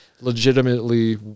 legitimately